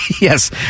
yes